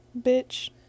bitch